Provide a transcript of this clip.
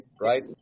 right